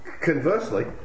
Conversely